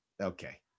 Okay